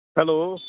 hello